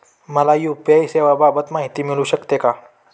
मला यू.पी.आय सेवांबाबत माहिती मिळू शकते का?